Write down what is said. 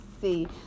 see